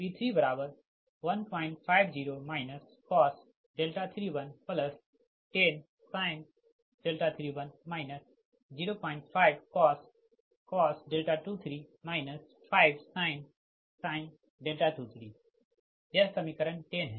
इसी प्रकार P3150 cos 3110sin 31 05cos 23 5sin 23 यह समीकरण 10 है